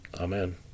amen